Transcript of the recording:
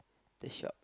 the shop